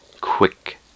Quick